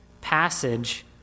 passage